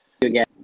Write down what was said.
again